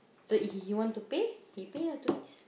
so if he he want to pay he pay two weeks